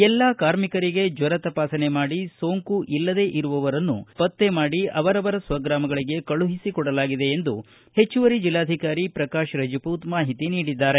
ಎಲ್ಲಾ ಕಾರ್ಮಿಕರಿಗೆ ಜ್ವರ ತಪಾಸಣೆ ಮಾಡಿ ಸೋಂಕು ಇಲ್ಲದೇ ಇರುವವರನ್ನು ಪತ್ತೆ ಮಾಡಿ ಅವರವರ ಸ್ವಗ್ರಾಮಗಳಿಗೆ ಕಳುಹಿಸಿಕೊಡಲಾಗಿದೆ ಎಂದು ಹೆಚ್ಚುವರಿ ಜಿಲ್ಲಾಧಿಕಾರಿ ಪ್ರಕಾಶ್ ರಜಪೂತ್ ಹೇಳಿದ್ದಾರೆ